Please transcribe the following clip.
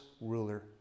ruler